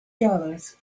dollars